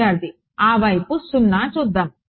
విద్యార్థి ఆ వైపు 0 చూద్దాం